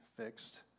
fixed